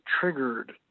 triggered